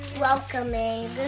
Welcoming